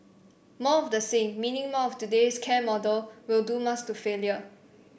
more of the same meaning more of today's care model will doom us to failure